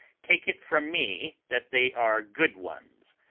take it from me that they are good ones,